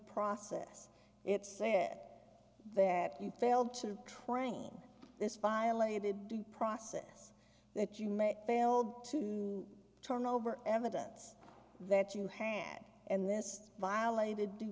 process it said that you failed to train this violated due process that you met failed to turn over evidence that you hand and this violated due